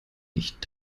nicht